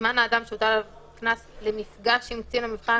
שיוזמן האדם שהוטל עליו קנס למפגש עם קצין המבחן,